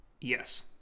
yes